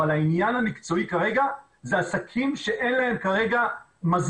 אבל העניין המקצועי כרגע זה עסקים שאין להם מזור,